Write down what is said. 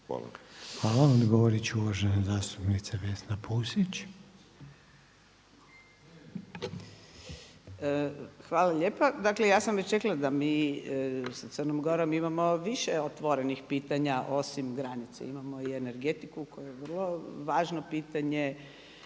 (HDZ)** Hvala. Odgovorit će uvažena zastupnica Vesna Pusić. **Pusić, Vesna (HNS)** Hvala lijepa. Dakle, ja sam već rekla da mi sa Crnom Gorom imamo više otvorenih pitanja osim granica. Imamo i energetiku koja je vrlo važno pitanje.